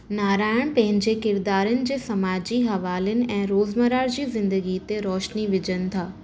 नारायण पंहिंजे किरदारनि जे समाजी हवालनि ऐं रोज़मर्रा जी ज़िंदगी ते रोशनी विझनि था